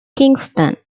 kingston